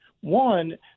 One